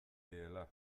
diela